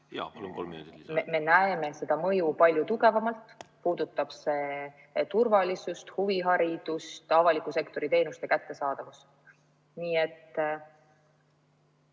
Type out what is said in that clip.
me näeme seda mõju palju tugevamalt. See puudutab turvalisust, huviharidust, avaliku sektori teenuste kättesaadavust. Nii et